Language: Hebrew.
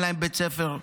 אין להם בית ספר,